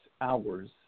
hours